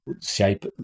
shape